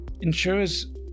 Insurers